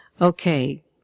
Okay